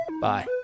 Bye